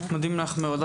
מודים לך מאוד.